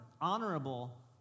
honorable